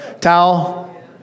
towel